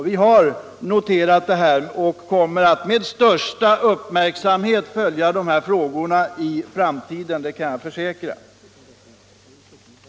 Vi har noterat det och kommer att med största uppmärksamhet följa de här frågorna i framtiden, det kan jag försäkra.